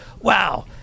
wow